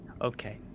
Okay